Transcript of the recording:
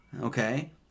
okay